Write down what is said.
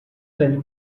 fell